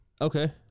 Okay